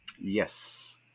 yes